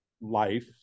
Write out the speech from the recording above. life